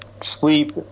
sleep